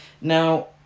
Now